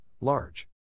large